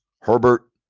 Herbert